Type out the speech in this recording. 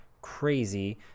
crazy